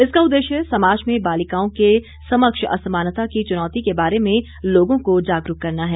इसका उद्देश्य समाज में बालिकाओं के समक्ष असमानता की चुनौती के बारे में लोगों को जागरूक करना है